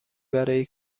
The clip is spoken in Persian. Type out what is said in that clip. برای